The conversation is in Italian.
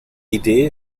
idee